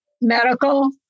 medical